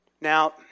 Now